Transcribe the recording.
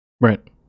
Right